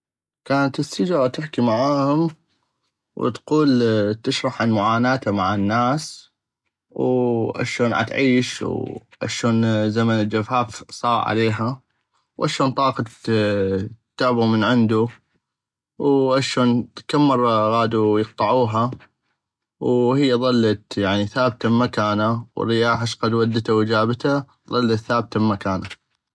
كانت السجغة تحكي معاهم وتشرح عن معناتة مع الناس واشون عتعيش زمن الجفاف صاغ عليها واشون طاقت تعبغ من عندو واشون كم مرة غادو يقطعوها وهيا ظلت ثابتة مكانة والرياح اشقد ودتا وجابتا وظلت ثابتة بمكانا.